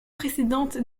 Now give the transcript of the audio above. précédentes